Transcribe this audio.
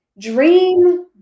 dream